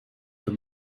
from